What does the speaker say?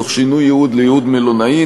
תוך שינוי ייעוד לייעוד מלונאי,